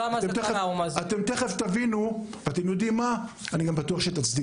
תיכף תבינו ואני בטוח שתצדיקו.